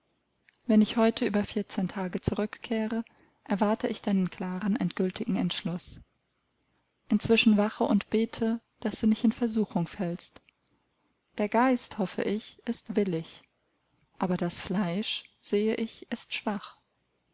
wenn ich heute über vierzehn tage zurückkehre erwarte ich deinen klaren endgiltigen entschluß inzwischen wache und bete daß du nicht in versuchung fällst der geist hoffe ich ist willig aber das fleisch sehe ich ist schwach